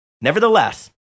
Nevertheless